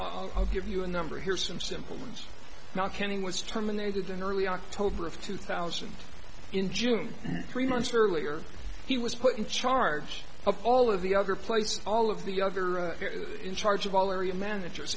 short i'll give you a number here some simple ones not counting was terminated in early october of two thousand in june three months earlier he was put in charge of all of the other places all of the other a fair is in charge of all area managers